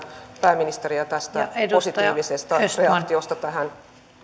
pääministeriä positiivisesta reaktiosta tähän työryhmään